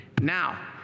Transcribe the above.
Now